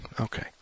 Okay